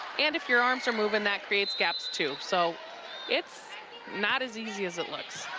and if your arms are moving, that creates gaps too. so it's not as easy as it looks.